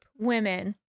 women